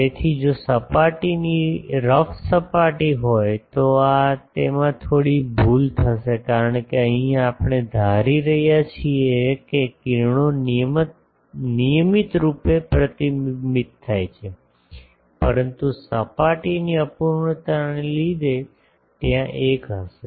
તેથી જો સપાટીની રફ સપાટી હોય તો તેમાં થોડી ભૂલ થશે કારણ કે અહીં આપણે ધારી રહ્યા છીએ કે કિરણો નિયમિતરૂપે પ્રતિબિંબિત થાય છે પરંતુ સપાટીની અપૂર્ણતાને લીધે ત્યાં એક હશે